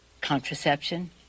contraception